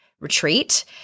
retreat